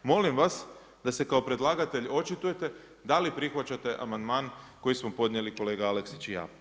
Molim vas da se kao predlagatelj očitujete da li prihvaćate amandman koji su podnijeli kolega Aleksić i ja.